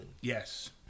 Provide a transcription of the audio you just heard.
Yes